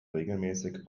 regelmäßig